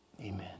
Amen